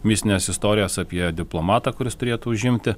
mistines istorijas apie diplomatą kuris turėtų užimti